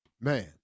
Man